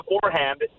beforehand